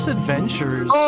Adventures